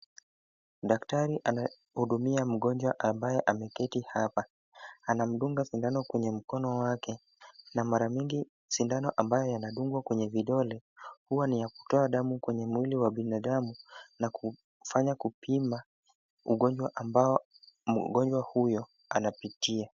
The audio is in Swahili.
Daktari anahudumia mgonjwa ambaye ameketi hapa. Anamdunga sindano kwenye mkono wake na mara nyingi, sindano ambayo inadungwa kwenye vidole huwa ni ya kutoa damu kwenye mwili wa binadamu na kufanya kupima ugonjwa ambao mgonjwa huyo anapitia.